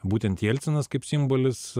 būtent jelcinas kaip simbolis